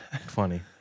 Funny